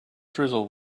drizzle